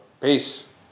Peace